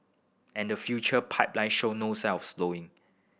and the future pipeline show no signs of slowing